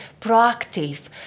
proactive